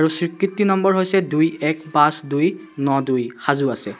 আৰু স্বীকৃতি নম্বৰ হৈছে দুই এক পাঁচ দুই ন দুই সাজু আছে